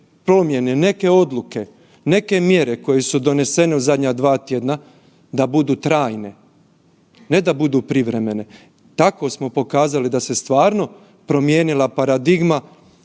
promjene neke odluke, neke mjere koje su donesene u zadnja dva tjedna da budu trajne, ne da budu privremene. Tako smo pokazali da se stvarno promijenila paradigma